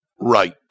Right